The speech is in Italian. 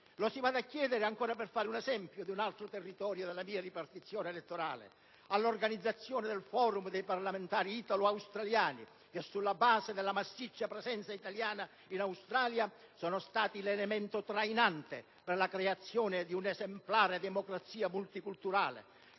Lo si vada a chiedere, per fare l'esempio di un altro territorio della mia ripartizione elettorale, all'organizzazione del Forum dei parlamentari italo-australiani, i quali, sulla base della massiccia presenza italiana in Australia, sono stati l'elemento trainante per la creazione di un'esemplare democrazia multiculturale.